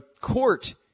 court